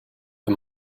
the